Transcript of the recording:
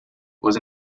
was